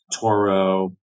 toro